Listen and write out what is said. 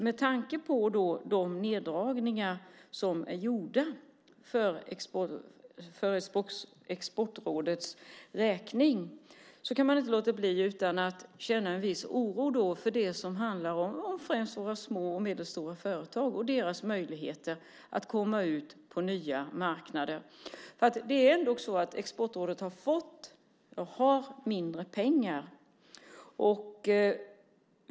Med tanke på de neddragningar som är gjorda för Exportrådets räkning kan man inte låta bli att känna en viss oro för det som handlar om främst våra små och medelstora företag och deras möjligheter att komma ut på nya marknader. Exportrådet har ändå fått mindre pengar.